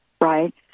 right